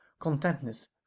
contentness